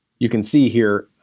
you can see here,